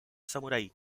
samurái